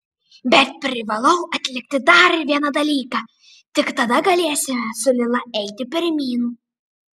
bet privalau atlikti dar vieną dalyką tik tada galėsime su lila eiti pirmyn